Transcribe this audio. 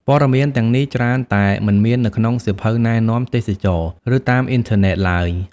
ព័ត៌មានទាំងនេះច្រើនតែ មិនមាននៅក្នុងសៀវភៅណែនាំទេសចរណ៍ ឬតាមអុីនធឺណេតឡើយ។